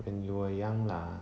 when you were young lah